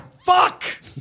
Fuck